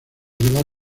llevar